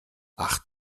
ach